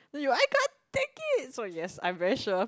then you I can't take it so yes I'm very sure